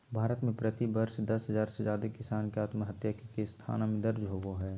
भारत में प्रति वर्ष दस हजार से जादे किसान के आत्महत्या के केस थाना में दर्ज होबो हई